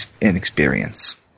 inexperience